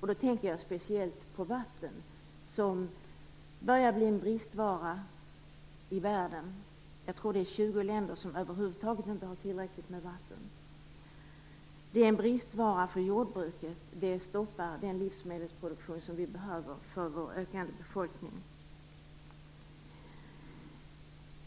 Då tänker jag speciellt på vatten, som börjar bli en bristvara i världen. Jag tror att det är 20 länder som över huvud taget inte har tillräckligt med vatten. Det är en bristvara för jordbruket. Det stoppar den livsmedelsproduktion som vi behöver för vår ökande befolkning på jorden.